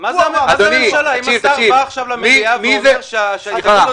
אם הוא בא עכשיו למליאה והוא אומר שההסתייגות הזו